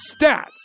stats